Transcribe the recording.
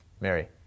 Mary